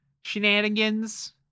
shenanigans